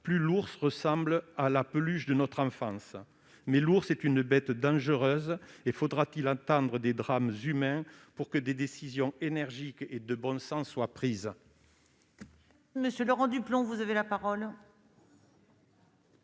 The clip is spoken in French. plus l'ours ressemble à la peluche de notre enfance ... Pourtant, l'ours est une bête dangereuse : faudra-t-il attendre des drames humains pour que des décisions énergiques et de bon sens soient prises ?